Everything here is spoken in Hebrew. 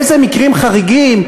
באיזה מקרים חריגים.